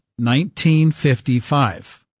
1955